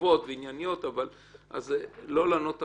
חשובות וענייניות אז לא לענות עכשיו.